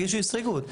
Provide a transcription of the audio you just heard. שיגישו הסתייגות,